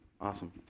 awesome